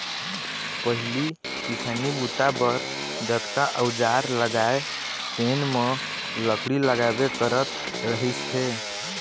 पहिली किसानी बूता बर जतका अउजार लागय तेन म लकड़ी लागबे करत रहिस हे